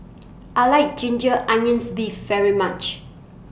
I like Ginger Onions Beef very much